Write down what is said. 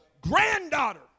granddaughter